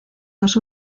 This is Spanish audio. dos